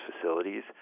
facilities